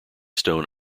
stone